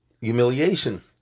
humiliation